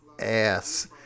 ass